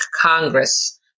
Congress